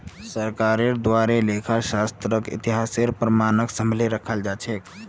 सरकारेर द्वारे लेखा शास्त्रक इतिहासेर प्रमाणक सम्भलई रखाल जा छेक